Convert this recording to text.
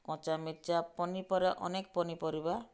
କଞ୍ଚାମିରଚା ଅନେକ ପନିପରିବା